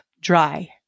Dry